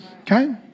Okay